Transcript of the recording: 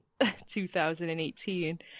2018